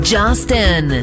Justin